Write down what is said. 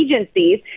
agencies